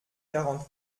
quarante